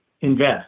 invest